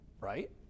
right